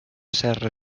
serra